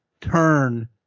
turn